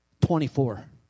Twenty-four